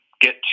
get